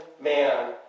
man